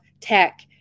tech